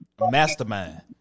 mastermind